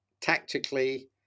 tactically